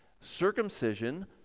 circumcision